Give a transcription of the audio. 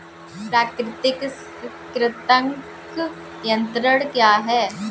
प्राकृतिक कृंतक नियंत्रण क्या है?